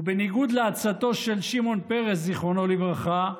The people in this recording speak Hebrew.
ובניגוד לעצתו של שמעון פרס, זיכרונו לברכה,